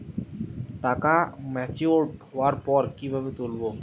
টাকা ম্যাচিওর্ড হওয়ার পর কিভাবে তুলব?